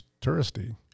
touristy